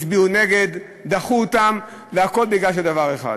הצביעו נגד ודחו אותן, והכול בגלל דבר אחד.